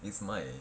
it's mine